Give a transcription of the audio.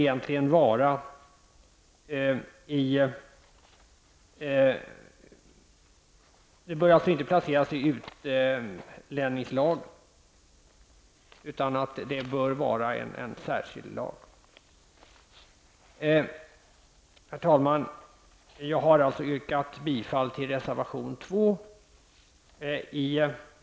Denna lag bör inte placeras i utlänningslagen, utan det bör vara en särskild lag. Herr talman! Jag har alltså yrkat bifall till reservation 2.